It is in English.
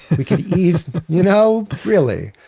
we could easily, you know? really.